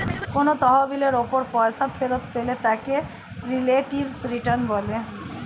কোন তহবিলের উপর পয়সা ফেরত পেলে তাকে রিলেটিভ রিটার্ন বলে